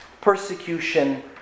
persecution